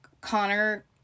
Connor